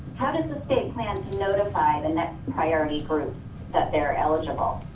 how does the state plan to notify the next priority group that they are eligible?